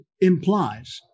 implies